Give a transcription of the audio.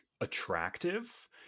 attractive